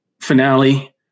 finale